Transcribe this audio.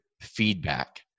feedback